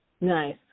Nice